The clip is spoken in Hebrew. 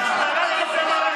תתבייש לך.